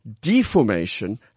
deformation